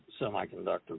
semiconductor